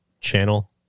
channel